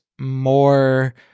More